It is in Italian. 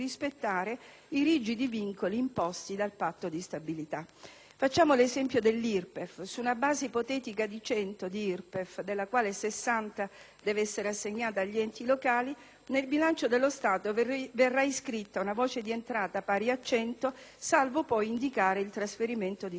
i rigidi vincoli imposti dal Patto di stabilità. Facciamo l'esempio dell'IRPEF: su una base ipotetica di 100 di IRPEF, della quale 60 deve essere assegnata agli enti locali, nel bilancio dello Stato verrà iscritta una voce di entrata pari a 100, salvo poi indicare il trasferimento di 60;